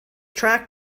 track